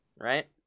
right